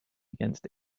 against